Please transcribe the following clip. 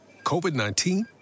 COVID-19